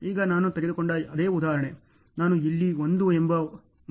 ಈಗ ನಾನು ತೆಗೆದುಕೊಂಡ ಅದೇ ಉದಾಹರಣೆ ನಾನು ಇಲ್ಲಿ 1 ಎಂಬ ಮೌಲ್ಯವನ್ನು ಬಳಸಿದ್ದೇನೆ